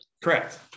Correct